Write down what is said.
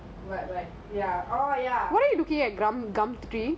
but like ya oh ya why are you looking at gum~ gumtree